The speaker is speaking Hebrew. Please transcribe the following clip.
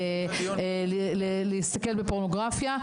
להסתכל בפורנוגרפיה.